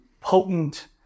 potent